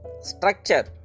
structure